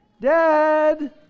Dad